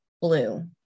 blue